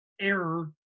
error